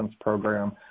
program